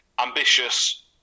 ambitious